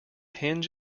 hinge